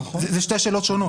אלה שתי שאלות שונות.